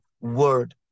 word